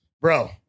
Bro